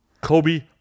Kobe